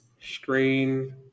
screen